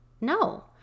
No